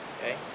Okay